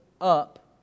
up